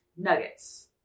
Nuggets